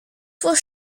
for